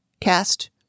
cast